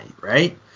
right